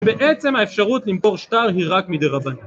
בעצם האפשרות למכור שטר היא רק מידי רבנים.